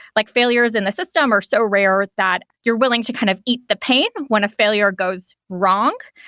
like failures in the system are so rare that you're willing to kind of eat the pain when a failure goes wrong.